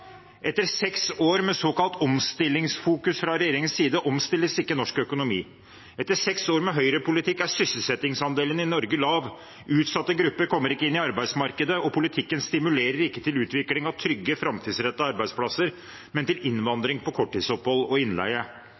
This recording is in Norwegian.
Etter seks år med såkalt omstillingsfokus fra regjeringens side omstilles ikke norsk økonomi. Etter seks år med høyrepolitikk er sysselsettingsandelen i Norge lav. Utsatte grupper kommer ikke inn i arbeidsmarkedet, og politikken stimulerer ikke til utvikling av trygge, framtidsrettede arbeidsplasser, men til innvandring på korttidsopphold og innleie.